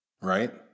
Right